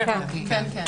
כן, כן.